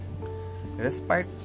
respite